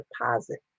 deposit